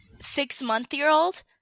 six-month-year-old